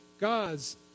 gods